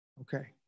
Okay